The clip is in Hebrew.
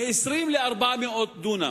מ-20 ל-400 דונם.